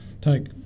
take